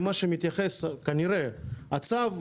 למה שמתייחס כנראה הצו,